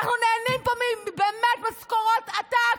אנחנו באמת נהנים פה ממשכורות עתק,